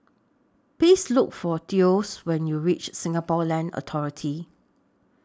Please Look For Thos when YOU REACH Singapore Land Authority